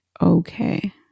okay